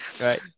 Right